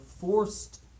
forced